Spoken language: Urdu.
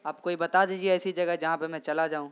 آپ کوئی بتا دیجیے ایسی جگہ جہاں پہ میں چلا جاؤں